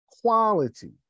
quality